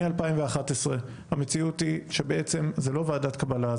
מ-2011 המציאות היא שבעצם שזו לא ועדת קבלה,